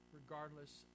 regardless